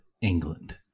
England